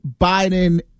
Biden